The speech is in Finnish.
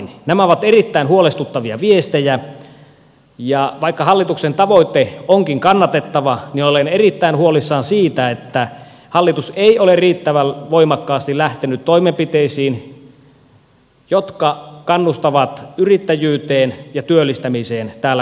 nämä ovat erittäin huolestuttavia viestejä ja vaikka hallituksen tavoite onkin kannatettava niin olen erittäin huolissani siitä että hallitus ei ole riittävän voimakkaasti lähtenyt toimenpiteisiin jotka kannustavat yrittäjyyteen ja työllistämiseen täällä kotimaassa